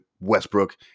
Westbrook